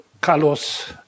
Carlos